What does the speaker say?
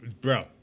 Bro